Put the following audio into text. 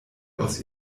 aus